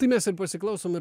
tai mes ir pasiklausom ir